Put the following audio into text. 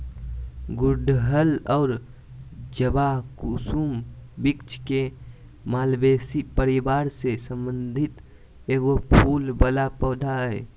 गुड़हल और जवाकुसुम वृक्ष के मालवेसी परिवार से संबंधित एगो फूल वला पौधा हइ